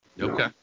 Okay